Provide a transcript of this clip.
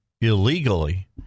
illegally